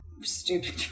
Stupid